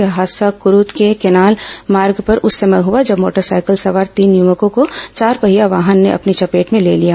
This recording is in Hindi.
यह हादसा करूद के केनाल मार्ग पर उस समय हुआ जब मोटरसाइकिल सवार तीन युवकों को चारपहिया वाहन ने अपनी चपेट में ले लिया